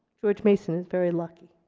george mason is very lucky.